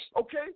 Okay